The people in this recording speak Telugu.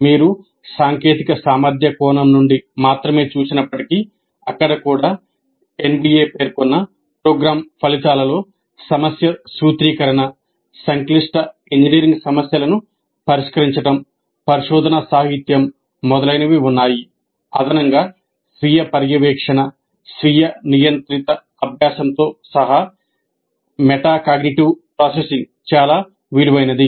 మీరు సాంకేతిక సామర్థ్య కోణం నుండి మాత్రమే చూచినప్పటికీ అక్కడ కూడా ఎన్బిఎ చాలా విలువైనది